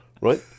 Right